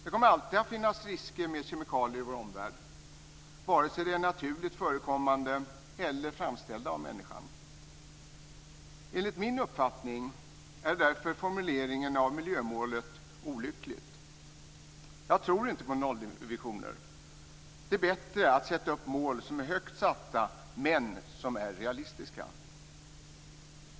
Det kommer alltid att finnas risker med kemikalier i vår omvärld, vare sig de är naturligt förekommande eller framställda av människan. Enligt min uppfattning är därför formuleringen av miljömålet olyckligt. Jag tror inte på nollvisioner. Det är bättre att ha högt satta mål som är realistiska.